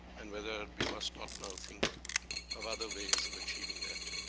and whether we must not now think of other ways of achieving that.